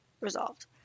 resolved